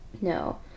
No